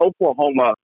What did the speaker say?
Oklahoma